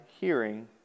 hearing